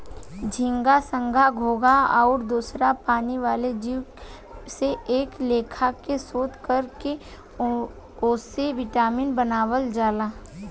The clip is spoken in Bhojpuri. झींगा, संख, घोघा आउर दोसर पानी वाला जीव से कए लेखा के शोध कर के ओसे विटामिन बनावल जाला